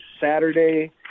Saturday